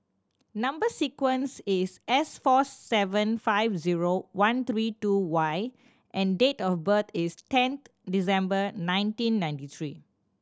number sequence is S four seven five zero one three two Y and date of birth is tenth December nineteen ninety three